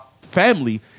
family